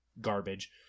garbage